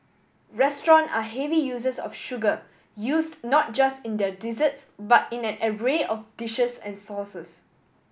restaurant are heavy users of sugar used not just in their desserts but in an array of dishes and sauces